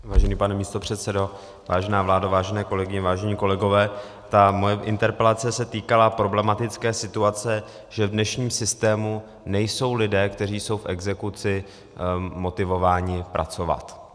Vážený pane místopředsedo, vážená vládo, vážené kolegyně, vážení kolegové, moje interpelace se týkala problematické situace, že v dnešním systému nejsou lidé, kteří jsou v exekuci, motivováni pracovat.